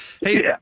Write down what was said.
hey